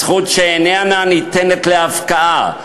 זכות שאיננה ניתנת להפקעה.